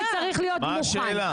מה השאלה?